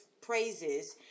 praises